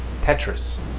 Tetris